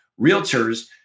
realtors